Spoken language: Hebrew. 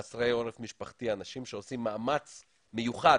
חסרי עורף משפחתי, אנשים שעושים מאמץ מיוחד